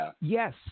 yes